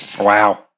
Wow